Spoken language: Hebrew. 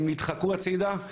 הם נדחקו הצידה,